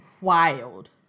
wild